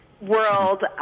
world